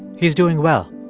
he's doing well.